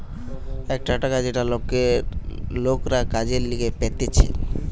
একটা টাকা যেটা লোকরা কাজের লিগে পেতেছে